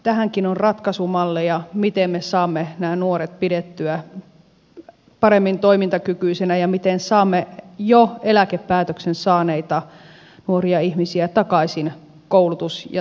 tähänkin on ratkaisumalleja miten me saamme nämä nuoret pidettyä paremmin toimintakykyisinä ja miten saamme jo eläkepäätöksen saaneita nuoria ihmisiä takaisin koulutus ja työelämään